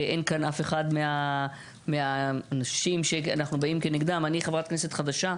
אין כאן אף אחד מהאנשים שאנחנו באים כנגדם אני חברת כנסת חדשה,